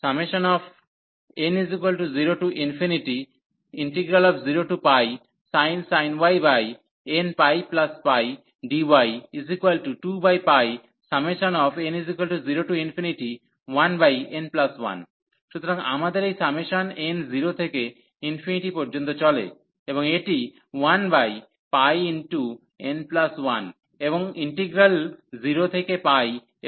n00sin y nππdy2n01n1 সুতরাং আমাদের এই সামেশন n 0 থেকে ∞ পর্যন্ত চলে এবং এটি 1πn1 এবং ইন্টিগ্রাল 0 থেকে π এবং আমাদের এই sin y রয়েছে